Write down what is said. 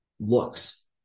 looks